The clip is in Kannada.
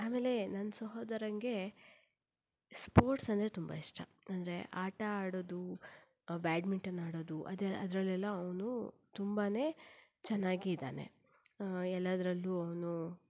ಆಮೇಲೆ ನನ್ನ ಸಹೋದರನಿಗೆ ಸ್ಪೋರ್ಟ್ಸ್ ಅಂದರೆ ತುಂಬ ಇಷ್ಟ ಅಂದರೆ ಆಟ ಆಡೋದು ಬ್ಯಾಡ್ಮಿಂಟನ್ ಆಡೋದು ಅದ್ ಅದರಲ್ಲೆಲ್ಲ ಅವನು ತುಂಬ ಚೆನ್ನಾಗಿದ್ದಾನೆ ಎಲ್ಲದರಲ್ಲೂ ಅವನು